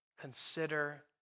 consider